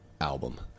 album